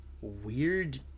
weird